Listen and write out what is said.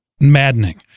maddening